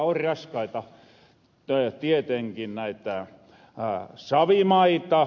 on raskaita tietenkin näitä savimaita